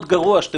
באמת, בצלאל.